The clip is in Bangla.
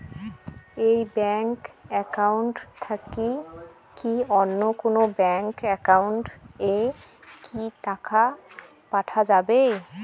এই ব্যাংক একাউন্ট থাকি কি অন্য কোনো ব্যাংক একাউন্ট এ কি টাকা পাঠা যাবে?